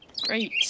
great